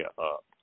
up